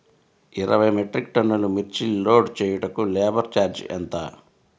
ఇరవై మెట్రిక్ టన్నులు మిర్చి లోడ్ చేయుటకు లేబర్ ఛార్జ్ ఎంత?